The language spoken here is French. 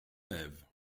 lève